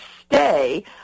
stay